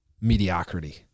mediocrity